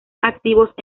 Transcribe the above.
activos